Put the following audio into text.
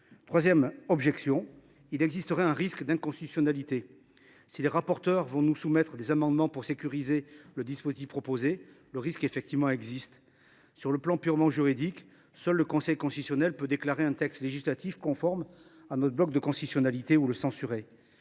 Troisième objection : il existerait un risque d’inconstitutionnalité. Les rapporteurs vont nous soumettre des amendements visant à sécuriser le dispositif proposé, mais le risque existe bel et bien. Sur le plan purement juridique, seul le Conseil constitutionnel peut déclarer un texte législatif conforme à notre bloc de constitutionnalité ou le censurer.